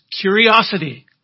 curiosity